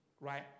Right